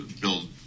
build